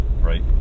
right